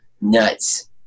nuts